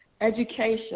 Education